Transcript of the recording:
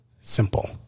simple